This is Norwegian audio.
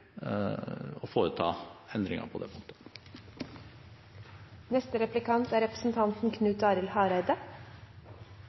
å foreta endringer på det punktet. Eg er